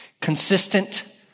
Consistent